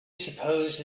suppose